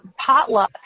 potlucks